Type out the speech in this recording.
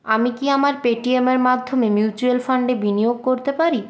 আমি কি আমার পেটিএমের মাধ্যমে মিউচুয়াল ফান্ডে বিনিয়োগ করতে পারি